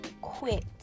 quit